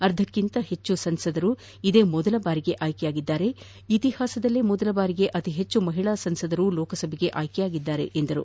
ಅರ್ಧಕ್ಕಿಂತ ಹೆಚ್ಚು ಸಂಸತ್ ಸದಸ್ಯರು ಇದೇ ಮೊದಲ ಬಾರಿಗೆ ಆಯ್ಕೆಯಾಗಿದ್ದಾರೆ ಇತಿಹಾಸದಲ್ಲೇ ಮೊದಲ ಬಾರಿಗೆ ಅತಿ ಹೆಚ್ಚು ಮಹಿಳಾ ಸಂಸತ್ ಸದಸ್ಯರು ಲೋಕಸಭೆಗೆ ಆಯ್ಕೆ ಯಾಗಿದ್ದಾರೆ ಎಂದರು